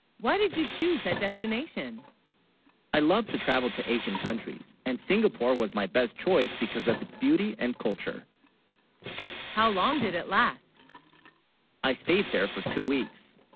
why, did you choose that destination i love to travel to asian countries and singapore, was my best choice because of its beauty and culture how, long did it last i stayed there for two weeks?